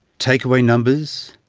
take away numbers,